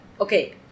okay